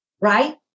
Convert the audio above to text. right